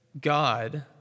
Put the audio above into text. God